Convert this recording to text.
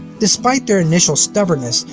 despite their initial stubbornness,